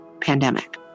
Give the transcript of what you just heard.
pandemic